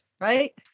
right